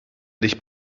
dich